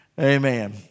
amen